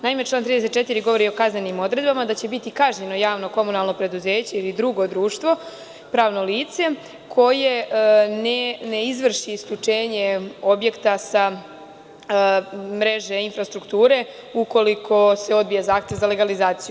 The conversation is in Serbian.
Naime član 34. govori o kaznenim odredbama, da će biti kažnjeno javno komunalno preduzeće ili drugo društvo, pravno lice koje ne izvrši isključenje objekta sa mreže infrastrukture ukoliko se odbije zahtev za legalizaciju.